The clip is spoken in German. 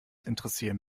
interessieren